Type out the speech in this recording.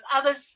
others